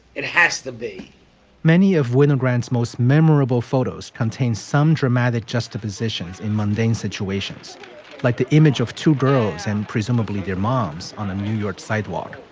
it has to be many of william grant's most memorable photos contain some dramatic just to positions in mundane situations like the image of two girls and presumably their moms on a new york sidewalk.